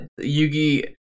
Yugi